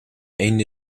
eenden